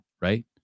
right